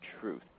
truth